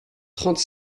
trente